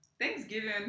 thanksgiving